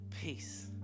peace